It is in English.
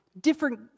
different